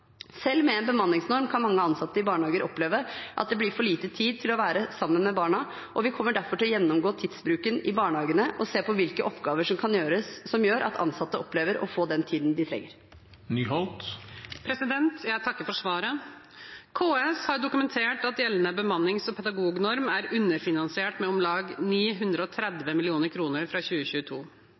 Selv med en bemanningsnorm kan mange ansatte i barnehager oppleve at det blir for lite tid til å være sammen med barna, og vi kommer derfor til å gjennomgå tidsbruken i barnehagene og se på hvilke oppgaver som gjør at ansatte ikke opplever å få den tiden de trenger med barna. Jeg takker for svaret. KS har dokumentert at gjeldende bemannings- og pedagognorm er underfinansiert med om lag 930 mill. kr fra 2022.